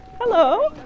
Hello